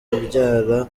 umbyara